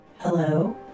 hello